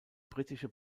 britische